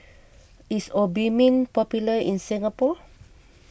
is Obimin popular in Singapore